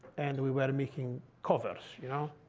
and we were making covers you know